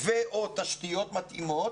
ו/או תשתיות מתאימות.